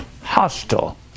hostile